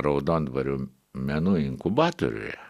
raudondvarių menų inkubatoriuje